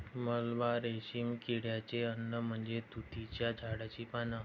मलबा रेशीम किड्याचे अन्न म्हणजे तुतीच्या झाडाची पाने